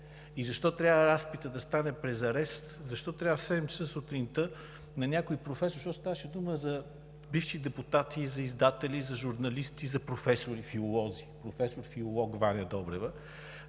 и защо трябва разпитът да стане през арест? Защо трябваше в 7,00 ч. сутринта на някой професор – защото ставаше дума за бивши депутати, за издатели, за журналисти, за професори филолози – на професор филолог Ваня Добрева,